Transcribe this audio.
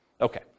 Okay